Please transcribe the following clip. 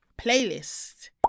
playlist